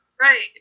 Right